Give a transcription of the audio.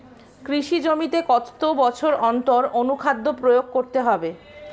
কৃষি জমিতে কত বছর অন্তর অনুখাদ্য প্রয়োগ করতে হবে?